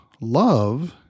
love